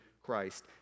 Christ